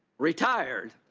retired.